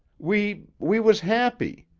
we we was happy.